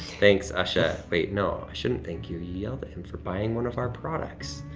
thanks, usha, wait, no, i shouldn't thank you, you yelled at him for buying one of our products.